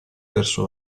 verso